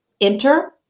enter